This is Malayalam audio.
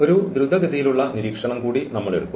ഒരു ദ്രുതഗതിയിലുള്ള നിരീക്ഷണം കൂടി നമ്മൾ എടുക്കുന്നു